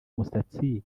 musatsi